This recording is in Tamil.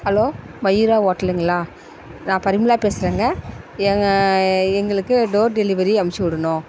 ஹலோ மயூரா ஓட்டலுங்களா நான் பரிமளா பேசுறேங்க எங்க எங்களுக்கு டோர் டெலிவரி அனுப்பித்து விடுணும்